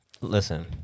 Listen